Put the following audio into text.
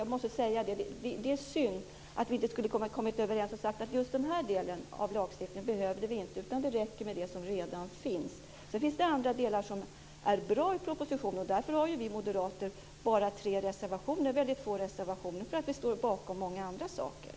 Jag måste säga att det är synd att vi inte kunde komma överens och säga att just den här delen av lagstiftningen behöver vi inte, utan det räcker med den som redan finns. Sedan finns det andra delar i propositionen som är bra. Skälet till att vi moderater bara har tre reservationer är att vi står bakom många andra saker.